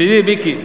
מיקי,